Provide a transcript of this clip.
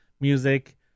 music